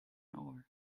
ore